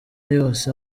yose